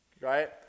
Right